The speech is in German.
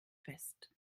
fest